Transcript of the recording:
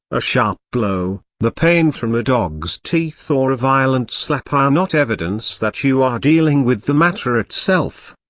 a sharp blow, the pain from a dog's teeth or a violent slap are not evidence that you are dealing with the matter itself.